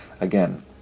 again